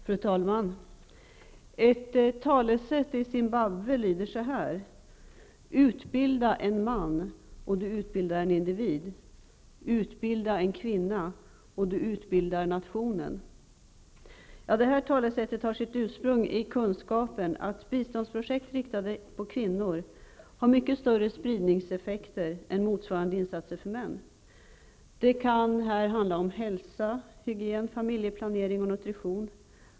Fru talman! Ett talesätt i Zimbabwe lyder: Utbilda en man, och du utbildar en individ. Utbilda en kvinna, och du utbildar nationen. Det här talesättet har sitt ursprung i kunskapen att biståndsprojekt riktade till kvinnor har mycket större spridningseffekter än motsvarande insatser för män. Det kan handla om hälsa, hygien, familjeplanering och nutrition.